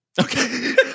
Okay